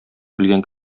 белгән